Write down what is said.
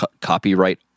copyright